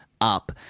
up